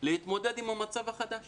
כדי להתמודד עם המצב החדש